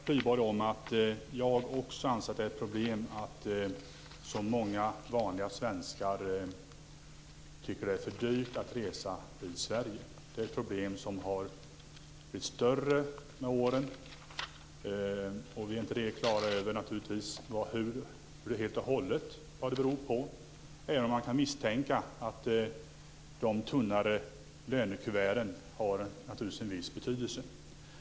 Fru talman! Jag håller med Eva Flyborg om att det är ett problem att så många vanliga svenskar tycker att det är dyrt att resa i Sverige. Det är ett problem som har blivit större med åren, och vi är inte helt klara över vad det beror på, även om man kan misstänka att de tunnare lönekuverten har en viss betydelse.